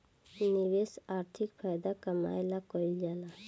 निवेश आर्थिक फायदा कमाए ला कइल जाला